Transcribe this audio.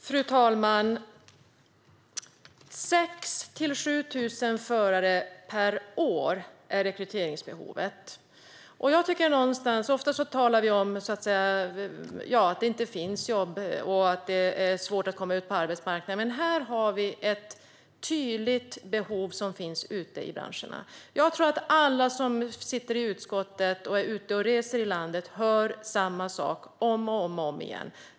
Fru talman! Rekryteringsbehovet är 6 000-7 000 förare per år. Ofta talar vi om att det inte finns jobb och att det är svårt att komma in på arbetsmarknaden, men här ser vi att det finns ett tydligt behov ute i branscherna. Jag tror att alla som sitter i utskottet och är ute och reser i landet hör samma sak om och om igen.